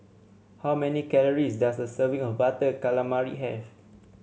how many calories does a serving of Butter Calamari have